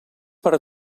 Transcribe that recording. per